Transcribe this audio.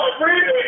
breathing